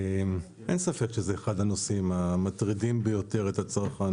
אין ספק שזה אחד הנושאים המטרידים ביותר את הצרכן